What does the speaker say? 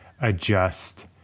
adjust